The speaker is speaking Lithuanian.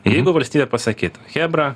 jeigu valstybė pasakytų chebra